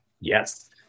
yes